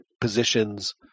positions